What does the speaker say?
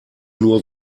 nur